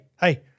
hey